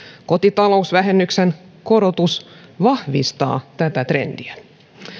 kotitalousvähennyksen korotus vahvistaa tätä trendiä